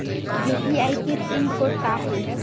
UPI के pin code का हे?